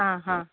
आं हां